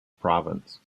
province